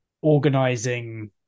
organizing